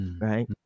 right